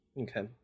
Okay